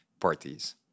parties